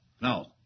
no